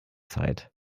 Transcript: zeit